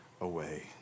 away